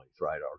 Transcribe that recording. right